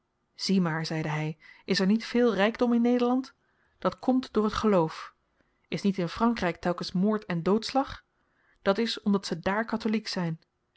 zie maar zeide hy is er niet veel rykdom in nederland dat komt door t geloof is niet in frankryk telkens moord en doodslag dat is omdat ze daar katholiek zyn